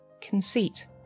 conceit